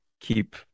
keep